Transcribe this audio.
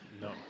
No